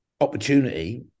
opportunity